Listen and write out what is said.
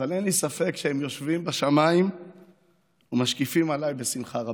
אבל אין לי ספק שהם יושבים בשמיים ומשקיפים עליי בשמחה רבה: